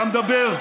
אתה מדבר?